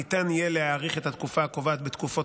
ניתן יהיה להאריך את התקופה הקובעת בתקופות